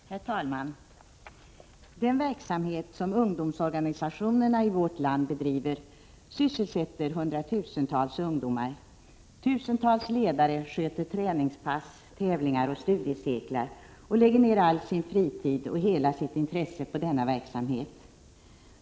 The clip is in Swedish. Herr talman! Den verksamhet som ungdomsorganisationerna i vårt land bedriver sysselsätter hundratusentals ungdomar. Tusentals ledare sköter träningspass, tävlingar och studiecirklar och lägger ner all sin fritid och hela sitt intresse på denna verksamhet.